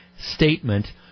statement